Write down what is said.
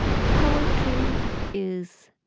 poetry is